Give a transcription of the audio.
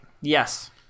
Yes